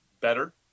better